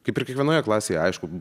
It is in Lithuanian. kaip ir kiekvienoje klasėje aišku